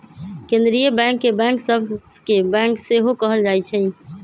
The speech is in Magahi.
केंद्रीय बैंक के बैंक सभ के बैंक सेहो कहल जाइ छइ